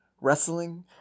wrestling